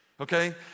okay